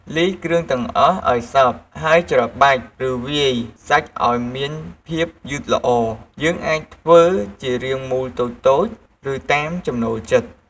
លាយគ្រឿងទាំងអស់ឱ្យសព្វ ហើយច្របាច់ ឬវាយសាច់ឱ្យមានភាពយឺតល្អ។យើងអាចធ្វើជារាងមូលតូចៗ ឬតាមចំណូលចិត្ត។